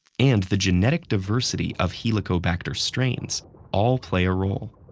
and the genetic diversity of helicobacter strains all play a role.